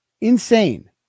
Insane